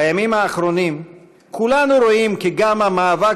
בימים האחרונים כולנו רואים כי גם המאבק